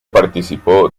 participó